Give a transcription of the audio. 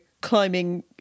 climbing